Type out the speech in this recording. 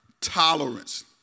tolerance